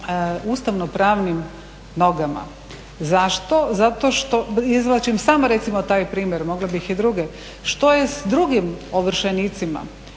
ustavnopravnim nogama. Zašto, zato što, izvlačim samo recimo taj primjer, mogla bih i druge, što je s drugim ovršenicima